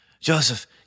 Joseph